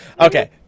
Okay